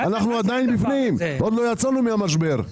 אנחנו עדיין בפנים, עוד לא יצאנו מהמשבר.